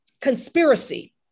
conspiracy